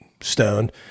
stoned